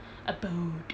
abode